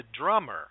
drummer